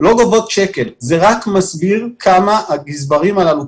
כמה הגזברים הללו,